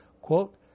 quote